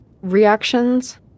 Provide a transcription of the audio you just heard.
reactions